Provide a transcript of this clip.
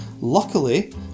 Luckily